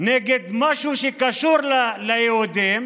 נגד משהו שקשור ליהודים,